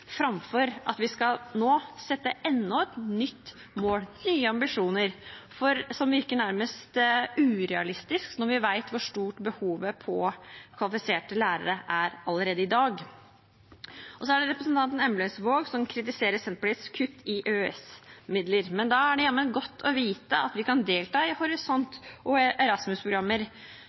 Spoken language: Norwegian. framfor at vi nå skal sette enda et nytt mål, nye ambisjoner, noe som virker nærmest urealistisk når vi vet hvor stort behovet for kvalifiserte lærere er allerede i dag. Så er det representanten Synnes Emblemsvåg, som kritiserer Senterpartiets kutt i EØS-midler: Da er det jammen godt å vite at vi kan delta i Horisont- og